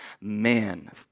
man